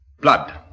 Blood